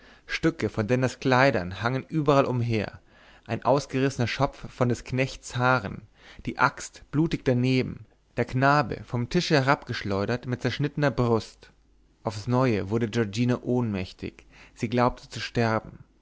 stücke von denners kleidern lagen überall umher ein ausgerissener schopf von des knechts haaren die axt blutig daneben der knabe vom tische herabgeschleudert mit zerschnittener brust aufs neue wurde giorgina ohnmächtig sie glaubte zu sterben